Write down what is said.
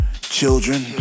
Children